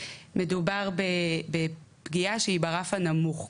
מדובר בפגיעה שהיא ברף הנמוך.